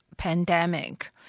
pandemic